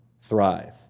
thrive